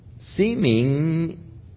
seeming